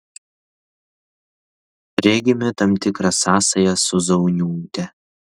regime tam tikrą sąsają su zauniūte